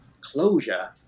closure